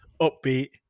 upbeat